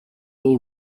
all